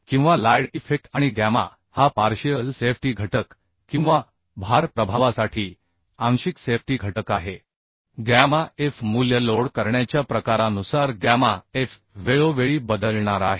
किंवा load effect आणि gamma हा पार्शिअल सेफ्टी घटक किंवा भार प्रभावासाठी आंशिक सेफ्टी घटक आहे तर गॅमा f मूल्य लोड करण्याच्या प्रकारानुसार गॅमा एफ वेळोवेळी बदलणार आहे